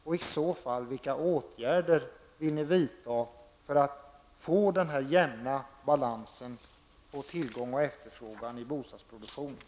Om svaret är ja, vilka åtgärder vill ni då vidta för att få en jämn balans mellan tillgång och efterfrågan i fråga om bostadsproduktionen?